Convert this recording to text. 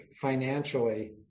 financially